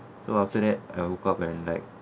so after that I woke up and like